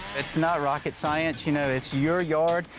it's not rocket science. you know it's your yard.